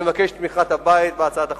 אני מבקש את תמיכת הבית בהצעת החוק.